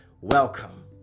Welcome